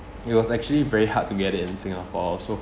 it was actually very hard to get it in singapore so